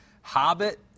Hobbit